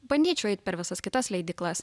bandyčiau eit per visas kitas leidyklas